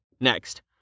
next